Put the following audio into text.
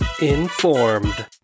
Informed